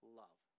love